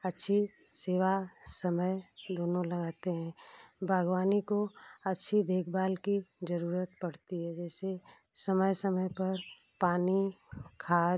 अच्छी सेवा समय दोनों लगाते हैं बागवानी को अच्छी देखभाल की जरूरत पड़ती है जैसे समय समय पर पानी खाद